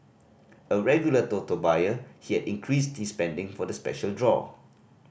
a regular Toto buyer he had increased his spending for the special draw